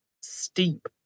steep